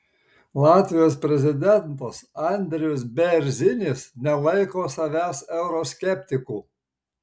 latvijos prezidentas andris bėrzinis nelaiko savęs euroskeptiku